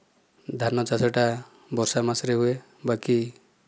ଧାନ ଚାଷ ଟା ବର୍ଷା ମାସରେ ହୁଏ ବାକି